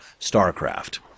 StarCraft